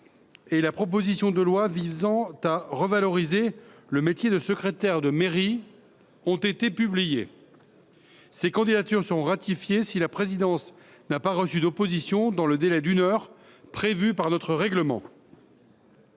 de la proposition de loi visant à revaloriser le métier de secrétaire de mairie ont été publiées. Ces candidatures seront ratifiées si la présidence n’a pas reçu d’opposition dans le délai d’une heure prévu par notre règlement.